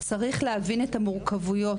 צריך להבין את המורכבויות,